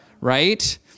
Right